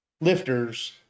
lifters